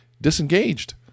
disengaged